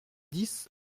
dix